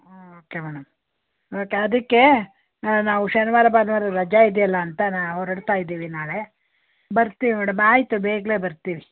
ಹ್ಞೂ okay madam okay ಅದಕ್ಕೆ ನಾವು ಶನಿವಾರ ಭಾನುವಾರ ರಜೆ ಇದೆಯಲ್ಲ ಅಂತ ನಾ ಹೊರ್ಡತಾ ಇದ್ದೀವಿ ನಾಳೆ ಬರ್ತೀವಿ ಮೇಡಮ್ ಆಯಿತು ಬೇಗ್ನೆ ಬರ್ತೀವಿ